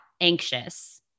anxious